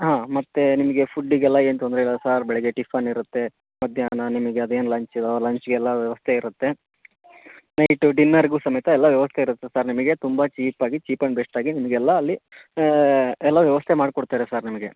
ಹಾಂ ಮತ್ತು ನಿಮಗೆ ಫುಡ್ಡಿಗೆಲ್ಲ ಏನೂ ತೊಂದರೆ ಇಲ್ಲ ಸಾರ್ ಬೆಳಿಗ್ಗೆ ಟಿಫ್ಫನ್ ಇರುತ್ತೆ ಮಧ್ಯಾಹ್ನ ನಿಮಗೆ ಅದೇನು ಲಂಚ್ ಲಂಚ್ಗೆಲ್ಲ ವ್ಯವಸ್ಥೆ ಇರುತ್ತೆ ನೈಟು ಡಿನ್ನರ್ಗೂ ಸಮೇತ ಎಲ್ಲ ವ್ಯವಸ್ಥೆ ಇರುತ್ತೆ ಸರ್ ನಿಮಗೆ ತುಂಬ ಚೀಪ್ ಆಗಿ ಚೀಪ್ ಆ್ಯಂಡ್ ಬೆಸ್ಟಾಗಿ ನಿಮಗೆಲ್ಲ ಅಲ್ಲಿ ಎಲ್ಲ ವ್ಯವಸ್ಥೆ ಮಾಡಿಕೊಡ್ತಾರೆ ಸಾರ್ ನಿಮಗೆ